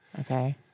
Okay